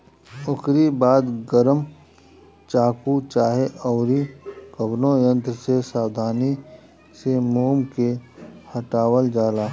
ओकरी बाद गरम चाकू चाहे अउरी कवनो यंत्र से सावधानी से मोम के हटावल जाला